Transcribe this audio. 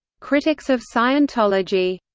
critics of scientology,